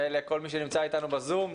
ולכל מי שנמצא אתנו בזום.